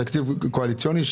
תקציב קואליציוני,